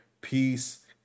peace